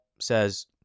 says